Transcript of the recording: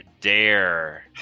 dare